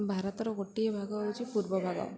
ଭାରତର ଗୋଟିଏ ଭାଗ ହେଉଛି ପୂର୍ବ ଭାଗ